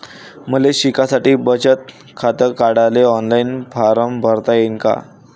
मले शिकासाठी बचत खात काढाले ऑनलाईन फारम भरता येईन का?